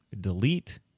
delete